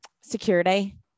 security